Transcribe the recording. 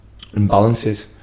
imbalances